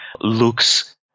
looks